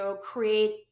create